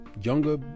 younger